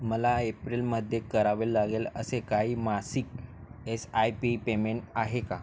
मला एप्रिलमध्ये करावे लागेल असे काही मासिक एस आय पी पेमेंट आहे का